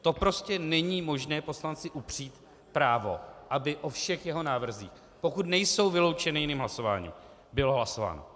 To prostě není možné poslanci upřít právo, aby o všech jeho návrzích, pokud nejsou vyloučeny jiným hlasováním, bylo hlasováno.